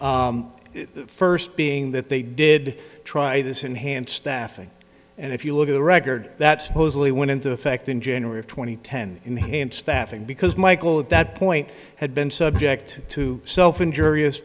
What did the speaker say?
or first being that they did try this enhanced staffing and if you look at the record that supposedly went into effect in january of two thousand and ten enhanced staffing because michael at that point had been subject to self injur